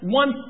one